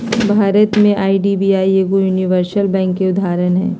भारत में आई.डी.बी.आई एगो universal bank के उदाहरण हइ